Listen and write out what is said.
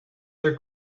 their